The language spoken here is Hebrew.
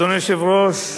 אדוני היושב-ראש,